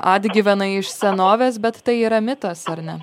atgyvena iš senovės bet tai yra mitas ar ne